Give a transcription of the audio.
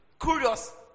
curious